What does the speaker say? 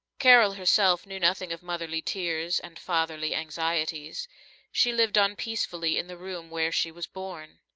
carol herself knew nothing of motherly tears and fatherly anxieties she lived on peacefully in the room where she was born.